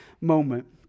moment